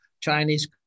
Chinese